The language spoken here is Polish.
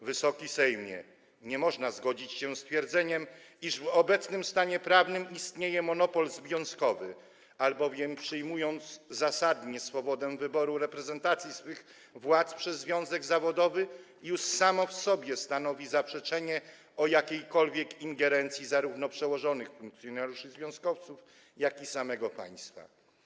Wysoki Sejmie, nie można zgodzić się ze stwierdzeniem, iż w obecnym stanie prawnym istnieje monopol związkowy, albowiem zasada swobody w wyborze reprezentacji swych władz przez związek zawodowy już sama w sobie stanowi zaprzeczenie jakiejkolwiek ingerencji zarówno przełożonych funkcjonariuszy związkowców, jak i samego państwa.